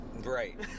Right